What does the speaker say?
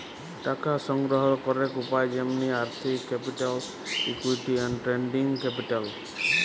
টাকা সংগ্রহল ক্যরের উপায় যেমলি আর্থিক ক্যাপিটাল, ইকুইটি, আর ট্রেডিং ক্যাপিটাল